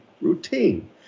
routine